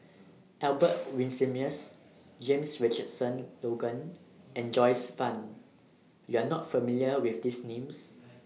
Albert Winsemius James Richardson Logan and Joyce fan YOU Are not familiar with These Names